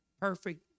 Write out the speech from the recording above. perfect